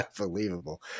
unbelievable